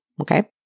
okay